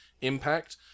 impact